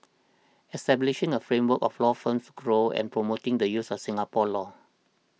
establishing a framework for law firms to grow and promoting the use of Singapore law